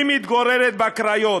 היא מתגוררת בקריות,